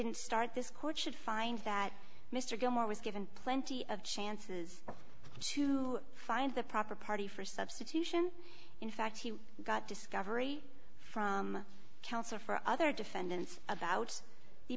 didn't start this court should find that mr gilmore was given plenty of chances to find the proper party for substitution in fact he got discovery from counsel for other defendants about the